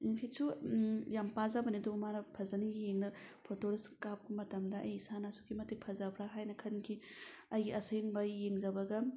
ꯐꯤꯠꯁꯨ ꯌꯥꯝ ꯄꯥꯖꯕꯅꯦ ꯑꯗꯨꯒ ꯃꯥꯅ ꯐꯖꯅ ꯌꯦꯡꯂꯒ ꯐꯣꯇꯣꯗꯣ ꯀꯥꯞꯄ ꯃꯇꯝꯗ ꯑꯩ ꯏꯁꯥꯅ ꯑꯁꯨꯛꯀꯤ ꯃꯇꯤꯛ ꯐꯖꯕ꯭ꯔꯥ ꯍꯥꯏꯅ ꯈꯟꯈꯤ ꯑꯩꯒꯤ ꯑꯁꯦꯡꯕ ꯌꯦꯡꯖꯕꯒ